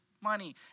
money